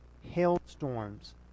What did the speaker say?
hailstorms